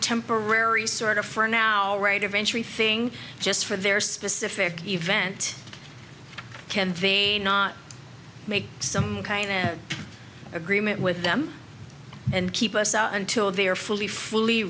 temporary sort of for now right eventually thing just for their specific event can they not make some kind of an agreement with them and keep us out until they are fully fully